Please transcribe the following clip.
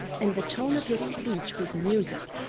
and the tone of his speech was music,